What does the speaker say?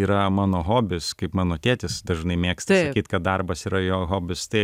yra mano hobis kaip mano tėtis dažnai mėgsta sakyt kad darbas yra jo hobis tai